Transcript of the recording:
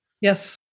Yes